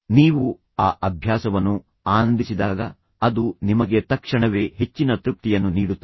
ನೀವು ಆ ಅಭ್ಯಾಸವನ್ನು ಆನಂದಿಸಿದಾಗ ಅದು ನಿಮಗೆ ತಕ್ಷಣವೇ ಹೆಚ್ಚಿನ ತೃಪ್ತಿಯನ್ನು ನೀಡುತ್ತದೆ